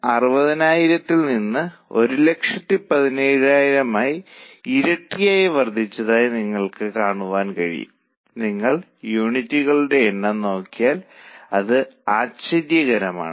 അതിനാൽ മൊത്തം വേരിയബിൾ ചെലവ് 15 ആണ് ഒരു യൂണിറ്റിന്റെ സംഭാവനയും 15 ആണ് ഞാൻ ഇത് കുറച്ച് താഴേക്ക് കുറക്കട്ടേ